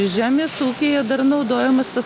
žemės ūkyje dar naudojamas tas